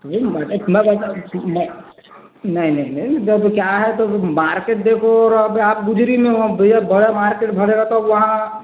नहीं मटर इतना ज़्यादा नहीं नहीं नहीं क्या है तो वो मार्केट देखो और अभी आप गुजरी में हो भैया बड़ा मार्केट भरेगा तो वहाँ